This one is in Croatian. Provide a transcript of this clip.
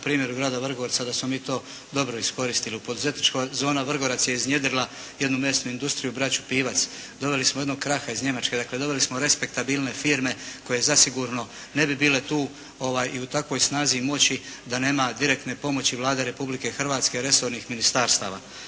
na primjeru grada Vrgorca da smo mi to dobro iskoristili u poduzetništvu. Zona Vrgorac je iznjedrila jednu mesnu industriju, braću Pivac. Doveli smo jednog Kracha iz Njemačke, dakle doveli smo respektabilne firme koje zasigurno ne bi bile tu i u takvoj snazi i moći da nema direktne pomoći Vlade Republike Hrvatske i resornih ministarstava.